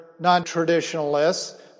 non-traditionalists